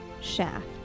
shaft